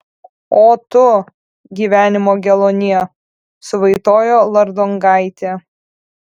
o tu gyvenimo geluonie suvaitojo lardongaitė